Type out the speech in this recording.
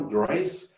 grace